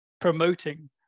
promoting